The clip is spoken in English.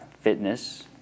fitness